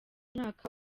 mwaka